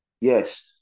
Yes